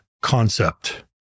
concept